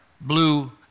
blue